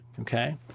okay